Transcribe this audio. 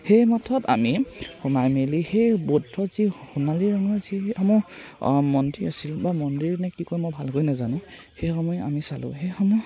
সেই মঠত আমি সোমাই মেলি সেই বৌদ্ধ যি সোণালী ৰঙৰ যিসমূহ মন্দিৰ আছিল বা মন্দিৰ নে কি কয় মই ভালকৈ নাজানো সেইসমূহ আমি চালোঁ সেইসমূহ